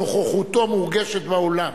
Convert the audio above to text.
נוכחותו מורגשת באולם.